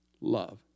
Love